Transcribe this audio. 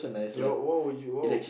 K what what would you what would